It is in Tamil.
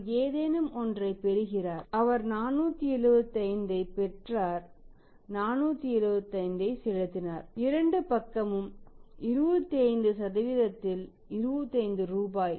அவர் ஏதேனும் ஒன்றைப் பெறுகிறார் ஒருவர் ரூபாய் 475 ஐப் பெறுகிறார் மற்றொருவர் ரூபாய் 475 ஐ செலுத்துகிறார் இரண்டு பக்கமும் 25 இல் 25 ரூபாய்